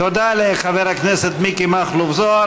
תודה לחבר הכנסת מיקי מכלוף זוהר.